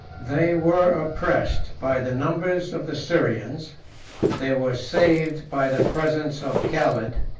they were oppressed by the numbers of the syrians they were saved by the presence of caled,